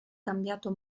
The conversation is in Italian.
cambiato